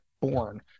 born